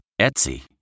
Etsy